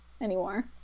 anymore